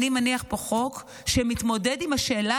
אני מניח פה חוק שמתמודד עם השאלה